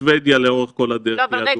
שוודיה לאורך כל הדרך היא אדומה.